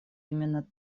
именно